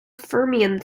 fermion